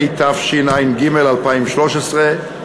התשע"ג 2013,